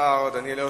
השר דניאל הרשקוביץ.